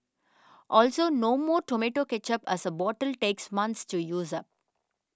also no more tomato ketchup as a bottle takes months to use up